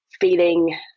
feeling